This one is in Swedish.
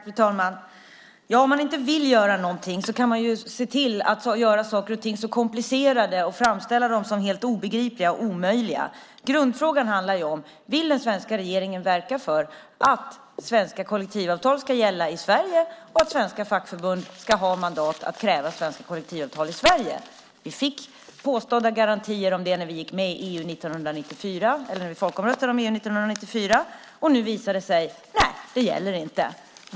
Fru talman! Om man inte vill göra någonting kan man se till att göra saker komplicerade och framställa dem som helt obegripliga och omöjliga. Grundfrågan handlar om: Vill den svenska regeringen verka för att svenska kollektivavtal ska gälla i Sverige och att svenska fackförbund ska ha mandat att kräva svenska kollektivavtal i Sverige? Vi fick påstådda garantier om det när vi folkomröstade om EU år 1994. Nu visar det sig att det inte gäller.